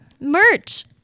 Merch